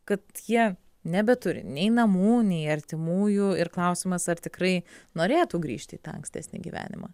kad jie nebeturi nei namų nei artimųjų ir klausimas ar tikrai norėtų grįžti į tą ankstesnį gyvenimą